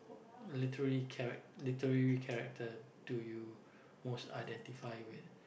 literary charac~ literary character do you most identify with